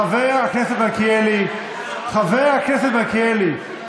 חבר הכנסת מלכיאלי, חבר הכנסת מלכיאלי.